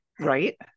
Right